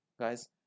guys